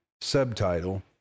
Subtitle